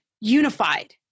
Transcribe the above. unified